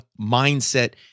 mindset